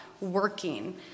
working